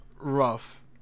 rough